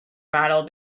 model